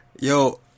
yo